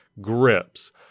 grips